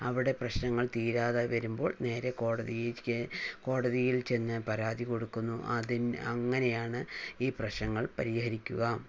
അവിടെ പ്രശ്നങ്ങൾ തീരാതെ വരുമ്പോൾ നേരെ കോടതിയിലേക്ക് കോടതിയിൽ ചെന്ന് പരാതി കൊടുക്കുന്നു അതിൽ അങ്ങനെയാണ് ഈ പ്രശ്നങ്ങൾ പരിഹരിക്കുക